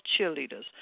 Cheerleaders